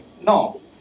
No